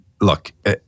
look